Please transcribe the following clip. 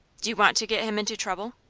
do you want to get him into trouble?